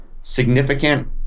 significant